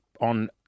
on